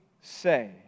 say